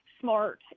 smart